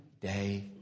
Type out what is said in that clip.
day